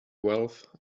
wealth